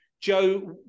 Joe